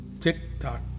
Tick-tock